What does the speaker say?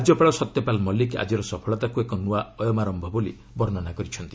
ରାଜ୍ୟପାଳ ସତ୍ୟପାଲ ମଲ୍ଲିକ ଆଜିର ସଫଳତାକୁ ଏକ ନ୍ତଆ ଅୟମାରୟ ବୋଲି ବର୍ଷ୍ଣନା କରିଛନ୍ତି